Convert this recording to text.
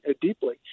deeply